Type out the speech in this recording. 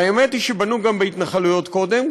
האמת היא שבנו בהתנחלויות גם קודם,